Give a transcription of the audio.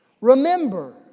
remember